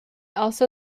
also